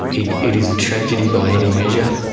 it it is a tragedy by any measure.